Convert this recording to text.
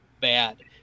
bad